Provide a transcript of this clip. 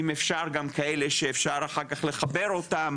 ואם אפשר גם כאלה שאפשר אחר כך לחבר אותם